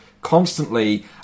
constantly